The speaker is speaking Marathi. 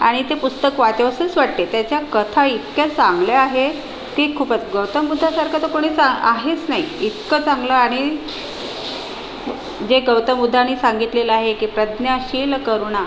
आणि ते पुस्तक वाचावेसेच वाटते त्याच्या कथा इतक्या चांगल्या आहेत की खूपच गौतम बुद्धासारखं तर कोणीच आहेच नाही इतकं चांगलं आणि जे गौतम बुद्धानी सांगितलेलं आहे की प्रज्ञाशील करुणा